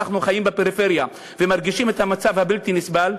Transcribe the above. מכיוון שאנחנו חיים בפריפריה ומרגישים את המצב הבלתי-נסבל,